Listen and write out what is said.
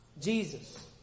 Jesus